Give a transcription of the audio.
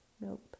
Nope